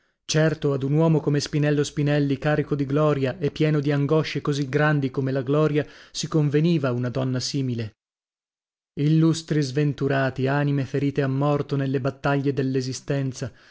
certo ad un uomo come spinello spinelli carico di gloria e pieno di angoscie così grandi come la gloria si conveniva una donna simile illustri sventurati anime ferite a morto nelle battaglie dell'esistenza